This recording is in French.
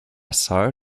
sœur